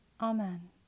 Amen